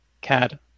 CAD